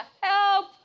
help